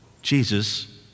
Jesus